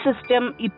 system